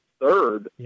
third